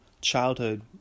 childhood